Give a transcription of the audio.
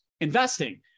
investing